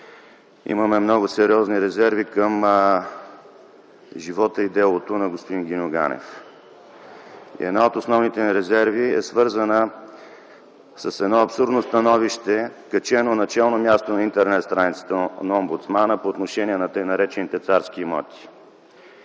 Имаме много сериозни резерви към живота и делото на господин Гиньо Ганев. Една от основните ни резерви е свързана с едно абсурдно становище, качено на челно място на интернет страницата на омбудсмана, по отношение на така наречените царски имоти.